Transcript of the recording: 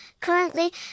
currently